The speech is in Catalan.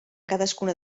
cadascuna